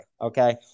Okay